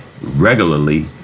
regularly